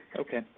Okay